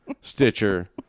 stitcher